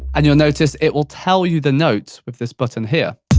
and you'll notice it will tell you the notes with this button here.